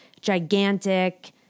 gigantic